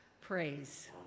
praise